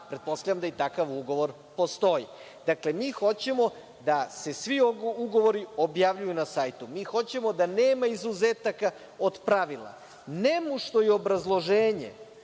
Pretpostavljam da i takav ugovor postoji. Dakle, mi hoćemo da se svi ugovori objavljuju na sajtu. Hoćemo da nema izuzetaka od pravila. Nemušto je obrazloženje